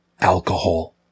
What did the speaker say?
alcohol